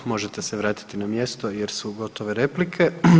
Možete se vratiti na mjesto jer su gotove replike.